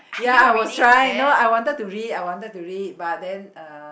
ya I was trying no I wanted to read I wanted to read but then uh